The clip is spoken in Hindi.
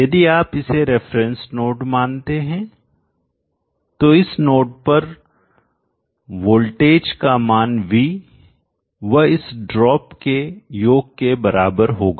यदि आप इसे रेफरेंस नोड मानते हैं तो इस नोड पर वोल्टेज का मान v व इस ड्रॉप के योग के बराबर होगा